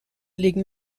legen